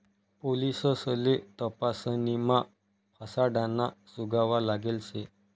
पोलिससले तपासणीमा फसाडाना सुगावा लागेल शे